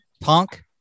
punk